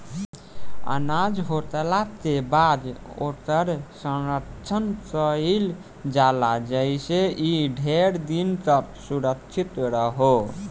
अनाज होखला के बाद ओकर संरक्षण कईल जाला जेइसे इ ढेर दिन तक सुरक्षित रहो